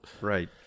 Right